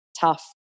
tough